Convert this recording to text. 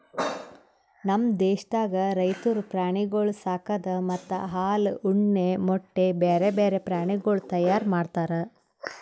ನಮ್ ದೇಶದಾಗ್ ರೈತುರು ಪ್ರಾಣಿಗೊಳ್ ಸಾಕದ್ ಮತ್ತ ಹಾಲ, ಉಣ್ಣೆ, ಮೊಟ್ಟೆ, ಬ್ಯಾರೆ ಬ್ಯಾರೆ ಪ್ರಾಣಿಗೊಳ್ ತೈಯಾರ್ ಮಾಡ್ತಾರ್